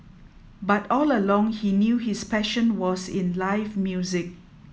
but all along he knew his passion was in live music